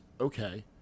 okay